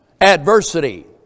adversity